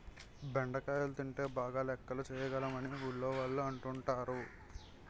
బెండకాయలు తింటే బాగా లెక్కలు చేయగలం అని ఊర్లోవాళ్ళు అంటుంటారు